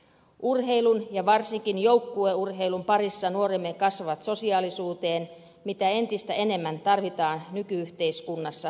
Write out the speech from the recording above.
urheilun ja varsinkin joukkueurheilun parissa nuoremme kasvavat sosiaalisuuteen jota entistä enemmän tarvitaan nyky yhteiskunnassa selviämiseen